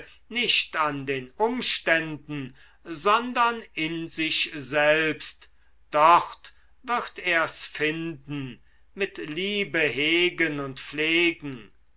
nicht an den umständen sondern in sich selbst dort wird er's finden mit liebe hegen und pflegen